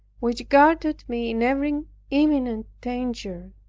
which guarded me in every imminent danger,